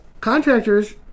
contractors